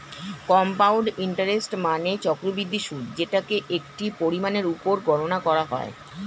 compound interest মানে চক্রবৃদ্ধি সুদ যেটাকে একটি পরিমাণের উপর গণনা করা হয়